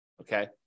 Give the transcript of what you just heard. Okay